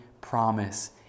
promise